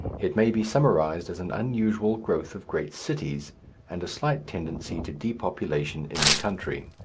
it may be summarized as an unusual growth of great cities and a slight tendency to depopulation in the country.